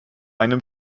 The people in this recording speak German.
einem